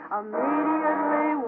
immediately